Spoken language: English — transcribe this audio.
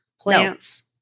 plants